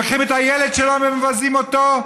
לוקחים את הילד שלו ומבזים אותו.